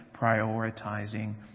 prioritizing